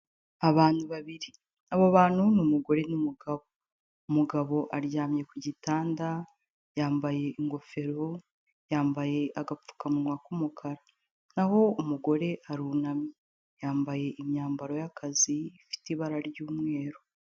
Abantu babiri, abo bantu ni umugore n'umugabo, umugabo aryamye ku gitanda yambaye ingofero, yambaye agapfukamunwa k'umukara naho umugore arunamye, yambaye imyambaro y'akazi ifite ibara ry'umweru.